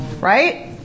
Right